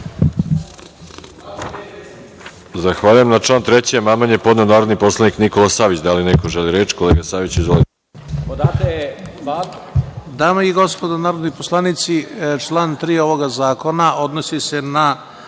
Zahvaljujem. Na član 3. amandman je podneo narodni poslanik Nikola Savić. Da li neko želi reč? Kolega Saviću, izvolite.